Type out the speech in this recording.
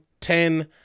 ten